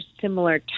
similar